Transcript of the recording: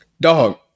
dog